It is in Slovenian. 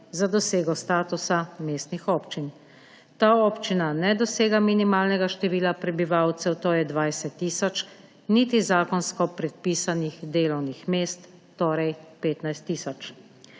za dosego statusa mestnih občin. Ta občina ne dosega minimalnega števila prebivalcev, to je 20 tisoč, niti zakonsko predpisanih delovnih mest, torej 15 tisoč.